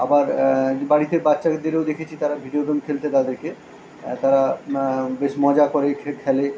আবার বাড়িতে বাচ্চাদেরও দেখেছি তারা ভিডিও গেম খেলতে তাদেরকে তারা বেশ মজা করেই খে খেলে